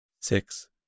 six